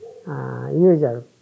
usual